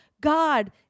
God